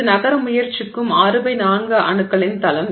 இது நகர முயற்சிக்கும் 6 பை 4 அணுக்களின் தளம்